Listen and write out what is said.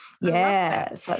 Yes